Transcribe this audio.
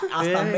Hasta